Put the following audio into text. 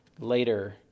later